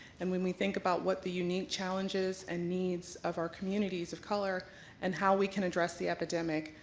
and when we think about what the unique challenges and needs of our communities of color and how we can address the epidemic,